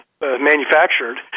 manufactured